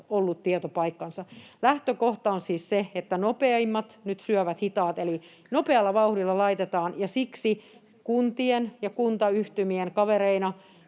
ollut tieto paikkansa. Lähtökohta on siis se, että nopeimmat nyt syövät hitaat, eli nopealla vauhdilla laitetaan, ja siksi kuntien ja kuntayhtymien kavereina